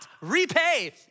repay